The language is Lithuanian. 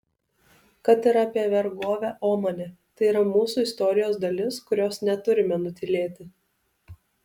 kad ir apie vergovę omane tai yra mūsų istorijos dalis kurios neturime nutylėti